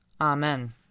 Amen